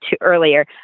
earlier